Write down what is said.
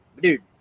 dude